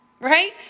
Right